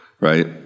Right